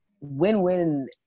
win-win